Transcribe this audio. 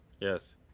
Yes